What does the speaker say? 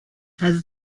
has